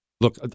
Look